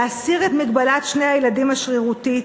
להסיר את מגבלת שני הילדים השרירותית,